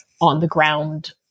on-the-ground